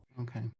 Okay